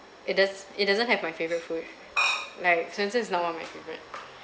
it does it doesn't have my favorite food like sewnsen's is now one of my favourite